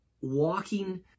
walking